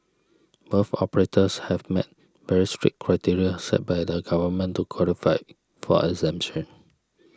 both operators have met very strict criteria set by the government to qualify for exemption